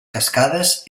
cascades